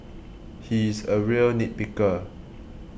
he is a real nit picker